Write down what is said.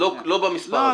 לא במספר הזה.